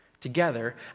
together